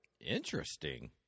Interesting